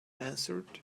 answered